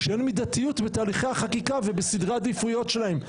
כשאין מידתיות בתהליכי החקיקה ובסדרי העדיפויות שלהם?